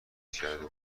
کرده